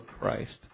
Christ